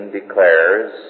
declares